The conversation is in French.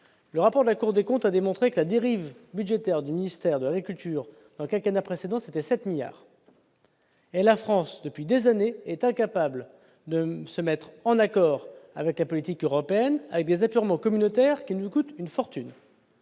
Le rapport de la Cour des comptes a démontré que la dérive budgétaire du ministère de l'agriculture au cours du quinquennat précédent représentait 7 milliards d'euros, et la France est incapable, depuis des années, de se mettre en accord avec la politique européenne. D'où des apurements communautaires qui nous coûtent une fortune.